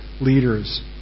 leaders